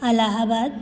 Allahabad